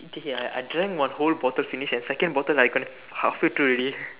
okay okay I I drank my whole bottle finish and second bottle I can halfway through ready